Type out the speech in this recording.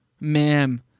Ma'am